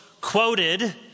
quoted